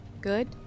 good